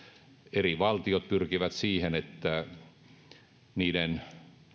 eri valtiot pyrkivät siihen että niiden